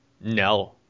No